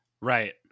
right